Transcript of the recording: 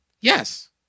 Yes